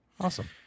Awesome